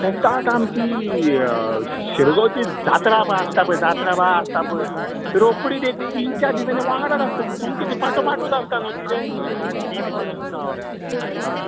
फेस्ताक आमची शिरगोवची जात्रा बा आसता जात्रा बा आसता पळय रोकडी एक तीन चार दिसांनी वांगडाच आसता सोमती ती फाटोफाटूच आसता ती न्हय रे फाटोफाट आसता हय हय